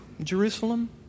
Jerusalem